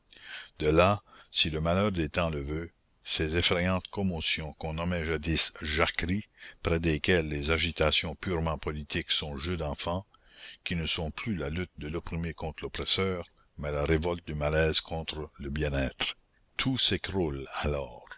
de là si le malheur des temps le veut ces effrayantes commotions qu'on nommait jadis jacqueries près desquelles les agitations purement politiques sont jeux d'enfants qui ne sont plus la lutte de l'opprimé contre l'oppresseur mais la révolte du malaise contre le bien-être tout s'écroule alors